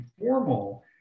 informal